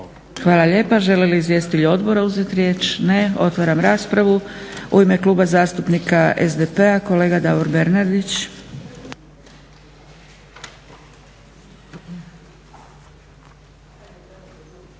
Hvala lijepa. Žele li izvjestitelji odbora uzeti riječ? Ne. Otvaram raspravu. U ime Kluba zastupnika SDP-a kolega Davor Bernardić.